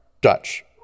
Dutch